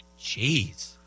Jeez